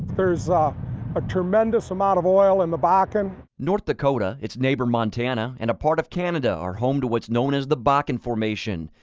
there's ah a tremendous amount of oil in the bakken. north dakota, its neighbor montana, and a part of canada are home to what's known as the bakken formation,